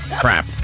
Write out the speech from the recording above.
crap